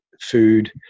food